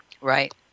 Right